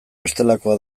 bestelakoa